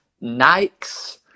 Nike's